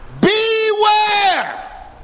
Beware